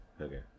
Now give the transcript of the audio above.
okay